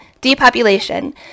depopulation